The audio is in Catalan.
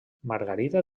margarida